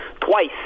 twice